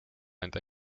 enda